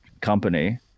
company